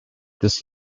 this